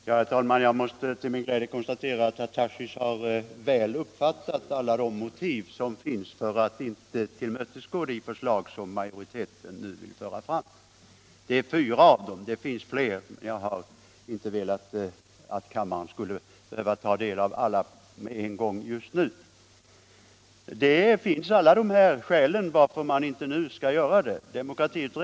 Herr talman! Jag kan till min glädje konstatera att herr Tarschys har väl uppfattat alla de motiv som finns för att inte tillmötesgå de förslag som majoriteten nu vill föra fram. Han har nämnt fyra av dem — det finns fler, men jag har inte velat att kammaren skulle behöva ta del av alla på en gång just nu. Alla de här skälen talar för att man inte nu skall göra en utvärdering.